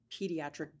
pediatric